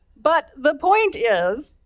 but, the point is,